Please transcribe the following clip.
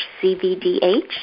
C-V-D-H